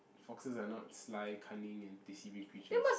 foxes are not sly cunning and deceiving creatures